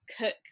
cook